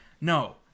no